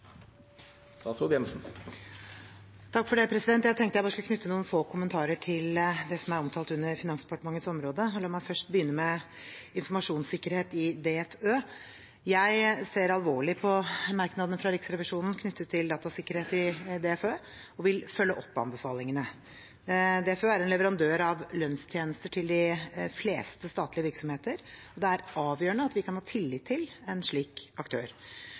omtalt under Finansdepartementets område. La meg begynne med informasjonssikkerhet i DFØ. Jeg ser alvorlig på merknadene fra Riksrevisjonen knyttet til datasikkerhet i DFØ og vil følge opp anbefalingene. DFØ er en leverandør av lønnstjenester til de fleste statlige virksomheter. Det er avgjørende at vi kan ha tillit til en slik aktør.